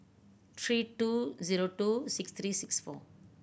three two zero two six three six four